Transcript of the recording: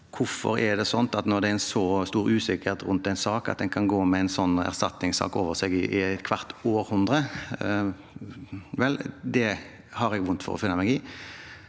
rundt en sak, kan en gå med en sånn erstatningssak over seg i et kvart århundre? Det har jeg vondt for å finne meg i.